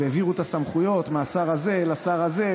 העבירו את הסמכויות מהשר הזה לשר הזה,